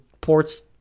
ports